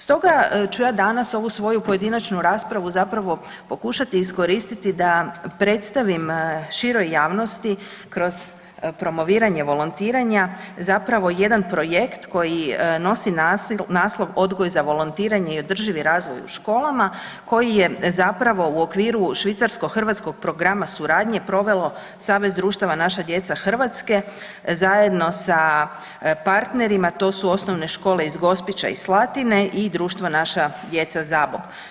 Stoga ću ja danas ovu svoju pojedinačnu raspravu zapravo pokušati iskoristiti da predstavim široj javnosti kroz promoviranje volontiranja jedan projekt koji nosi naslov „Odgoj za volontiranje i održivi razvoj u školama“ koji je u okviru švicarsko-hrvatskog programa suradnje provelo Savez društava Naša djeca Hrvatske zajedno sa partnerima to su OŠ iz Gospića i Slatine i Društvo naša djeca Zabok.